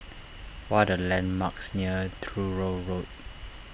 what are landmarks near Truro Road